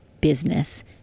business